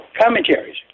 commentaries